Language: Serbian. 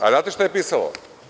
Znate li šta je pisalo?